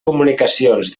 comunicacions